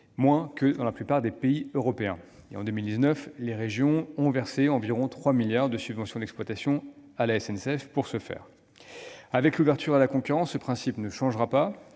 moins que dans la plupart des pays européens. En 2019, les régions ont versé environ 3 milliards d'euros de subventions d'exploitation à la SNCF. Avec l'ouverture à la concurrence, ce principe ne changera pas